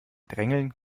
drängeln